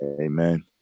Amen